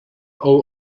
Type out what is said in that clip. all